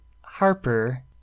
Harper